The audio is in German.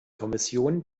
kommission